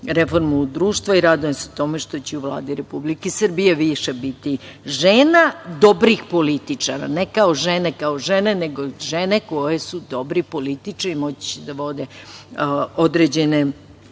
reformu društva i radujem se tome što će u Vladi Republike Srbije više biti žena dobrih političara, ne žena kao žena, nego žena koje su dobri političari i moći će da vode određene